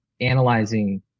analyzing